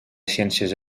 ciències